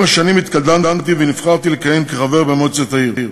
עם השנים התקדמתי ונבחרתי לכהן כחבר במועצת העיר.